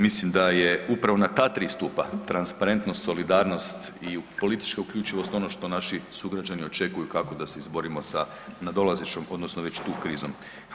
Mislim da je upravo na ta tri stupa, transparentnost, solidarnost i politička uključivost, ono što naši sugrađani očekuju kako da se izborimo sa nadolazećom, odnosno već tu, krizom.